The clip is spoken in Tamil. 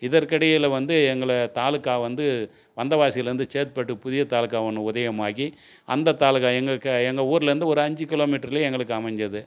இதற்கிடையில் வந்து எங்களை தாலுக்கா வந்து வந்தவாசியிலேந்து சேத்பட்டு புதிய தாலுக்கா ஒன்று உதயமாகி அந்த தாலுக்கா எங்களுக்கே எங்கள் எங்கள் ஊர்லேயிருந்து ஒரு அஞ்சு கிலோமீட்டர்லேயே எங்களுக்கு அமைஞ்சிது